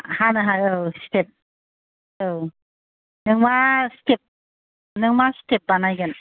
हानो हायो औ स्तेब नों मा स्तेब नों मा स्तेब बानायगोन